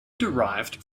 derived